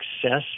success